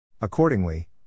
Accordingly